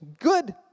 good